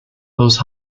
those